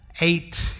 eight